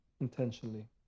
intentionally